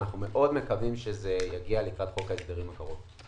אנחנו מקווים מאוד שזה יגיע לקראת חוק ההסדרים הקרוב.